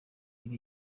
ngo